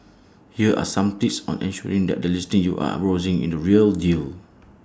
here are some tips on ensuring that the listing you are browsing is the real deal